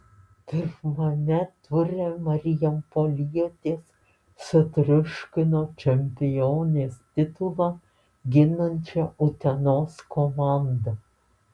pirmame ture marijampolietės sutriuškino čempionės titulą ginančią utenos komandą